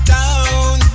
Down